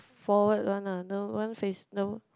forward one ah no one face no